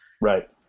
Right